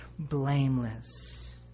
blameless